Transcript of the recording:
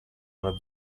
una